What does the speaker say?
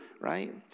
Right